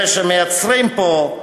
אלה שמייצרים פה,